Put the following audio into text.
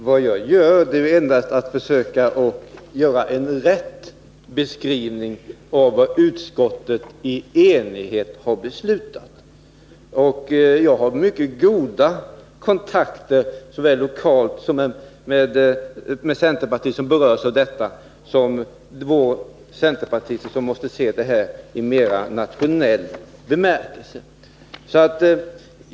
Fru talman! Vad jag här gör är att försöka ge en riktig beskrivning av vad utskottet i enighet har beslutat. Jag har mycket goda kontakter såväl med centerpartister vilka berörs av denna fråga på det lokala planet som med centerpartister vilka måste se den i mera nationell bemärkelse.